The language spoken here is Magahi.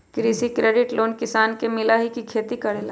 कृषि क्रेडिट लोन किसान के मिलहई खेती करेला?